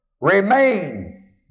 remain